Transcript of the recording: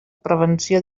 prevenció